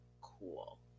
cool